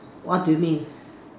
what do you mean